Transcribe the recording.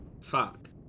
Fuck